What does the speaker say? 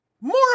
More